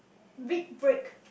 big break